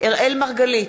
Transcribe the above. אראל מרגלית,